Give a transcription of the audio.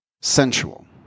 sensual